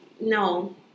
No